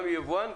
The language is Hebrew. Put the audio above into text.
גם יבואן,